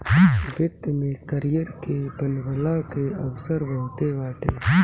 वित्त में करियर के बनवला के अवसर बहुते बाटे